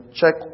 check